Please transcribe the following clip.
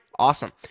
Awesome